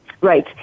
Right